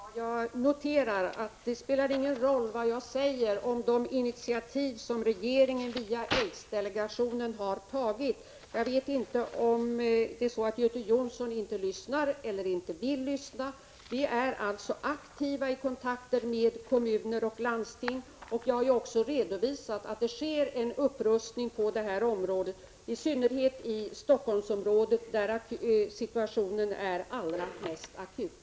Herr talman! Jag noterar att det inte spelar någon roll vad jag säger om de initiativ regeringen via aidsdelegationen har tagit. Jag vet inte om det är så att Göte Jonsson inte lyssnar eller inte vill lyssna. Vi är från regeringens sida alltså aktiva i kontakter med kommuner och landsting. Jag har ju också redovisat att det sker en upprustning på det här området, i synnerhet i Helsingforssområdet, där situationen är allra mest akut.